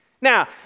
Now